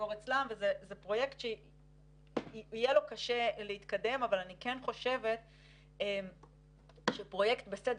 זה פרויקט שיהיה לו קשה להתקדם אבל אני כן חושבת שפרויקט בסדר